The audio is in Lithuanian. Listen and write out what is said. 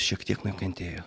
šiek tiek nukentėjo